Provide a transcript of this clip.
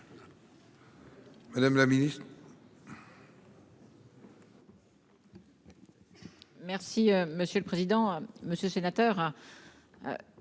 Madame la Ministre.-- Merci monsieur le président, monsieur sénateur.--